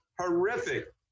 horrific